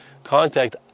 Contact